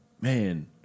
Man